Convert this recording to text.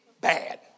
Bad